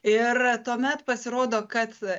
ir tuomet pasirodo kad